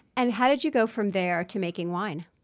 and how did you go from there to making wine?